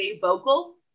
vocal